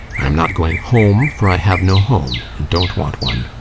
i am not going home, for i have no home, and don't want one.